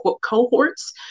cohorts